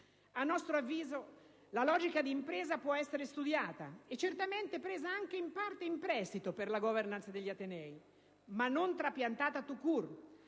A nostro avviso la logica d'impresa può essere studiata e certamente presa in parte in prestito per la *governance* degli atenei, ma non trapiantata *tout